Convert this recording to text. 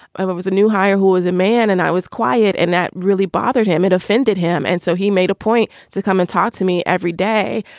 um it was a new hire who was a man. and i was quiet. and that really bothered him. it offended him. and so he made a point to come and talk to me every day.